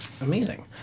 Amazing